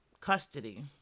custody